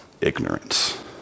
ignorance